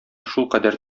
шулкадәр